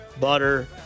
Butter